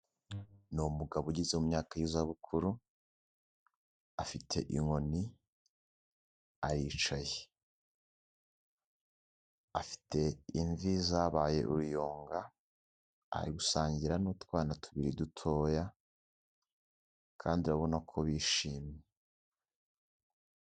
Ni umugabo ugeze mu myaka y'izabukuru, afite inkoni aricaye, afite imvi zabaye uruyonga, ari gusangira n'utwana tubiri dutoya kandi urabona ko bishimye.